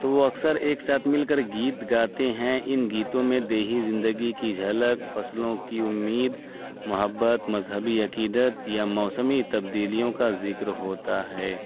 تو وہ اکثر ایک ساتھ مل کر گیت گاتے ہیں ان گیتوں میں دیہی زندگی کی جھلک فصلوں کی امید محبت مذہبی عقیدت یا موسمی تبدیلیوں کا ذکر ہوتا ہے